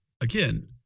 again